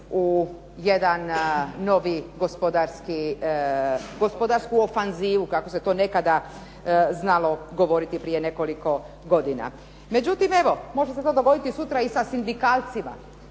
u jedan novi gospodarski, gospodarsku ofanzivu kako se to nekada znalo govoriti prije nekoliko godina. Međutim evo, može se to dogoditi sutra i sindikalcima